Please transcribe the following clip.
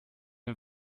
den